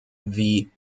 wie